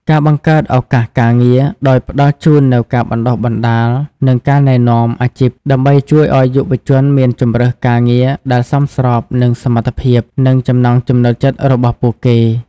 ការបង្កើតឱកាសការងារ ដោយផ្តល់ជូននូវការបណ្តុះបណ្តាល និងការណែនាំអាជីព ដើម្បីជួយឲ្យយុវជនមានជម្រើសការងារដែលសមស្របនឹងសមត្ថភាព និងចំណង់ចំណូលចិត្តរបស់ពួកគេ។